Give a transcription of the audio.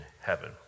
heaven